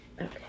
Okay